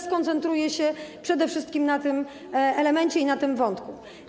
Skoncentruję się przede wszystkim na tym elemencie i na tym wątku.